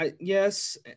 Yes